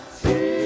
see